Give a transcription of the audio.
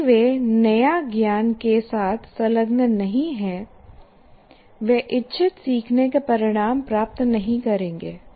यदि वे नया ज्ञान के साथ संलग्न नहीं हैं वे इच्छित सीखने के परिणाम प्राप्त नहीं करेंगे